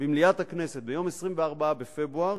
במליאת הכנסת ביום 24 בפברואר,